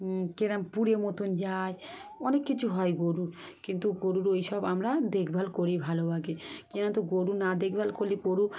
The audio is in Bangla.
কি রকম পুরে মতন যায় অনেক কিছু হয় গরুর কিন্তু গরুর ওই সব আমরা দেখভাল করি ভালোভাবে কেন তো গরু না দেখভাল করলে গরু